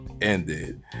ended